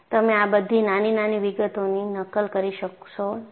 તમે આ બધી નાની નાની વિગતોની નકલ કરી શકશો નહીં